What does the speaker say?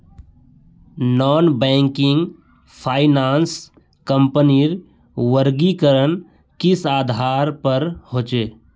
Non banking finance कंपनीर वर्गीकरण किस आधार पर होचे?